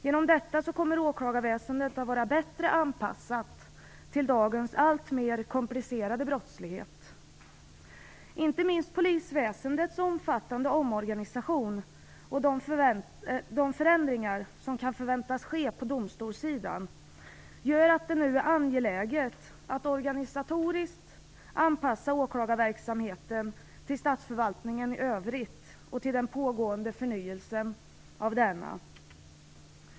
Genom detta kommer åklagarväsendet att vara bättre anpassat till dagens alltmer komplicerade brottslighet. Inte minst polisväsendets omfattande omorganisation och de förändringar som kan förväntas ske på domstolssidan gör att det nu är angeläget att organisatoriskt anpassa åklagarverksamheten till statsförvaltningen i övrigt och till den pågående förnyelsen av denna.